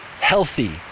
healthy